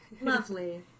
lovely